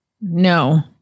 No